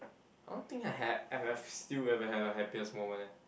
I don't think I had I've I've still haven't had my happiest moment leh